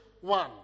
one